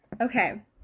okay